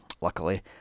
Luckily